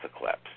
eclipse